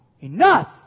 Enough